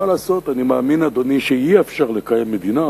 מה לעשות, אני מאמין, אדוני, שאי-אפשר לקיים מדינה